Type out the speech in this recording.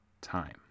time